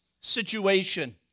situation